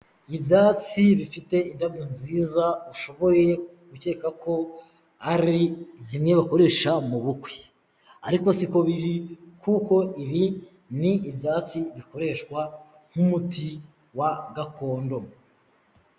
Ibyatsi bifite indabyo nziza ushoboye gukeka ko ari zimwe bakoresha mu bukwe ariko siko biri kuko ibi ni ibyatsi bikoreshwa nk'umuti wa gakondo.